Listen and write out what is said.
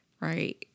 right